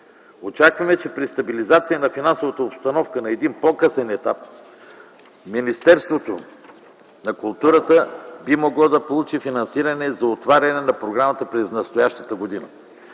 Очакваме, че при стабилизация на финансовата обстановка на един по-късен етап, Министерството на културата би могло да получи финансиране за отваряне на програмата през настоящата година.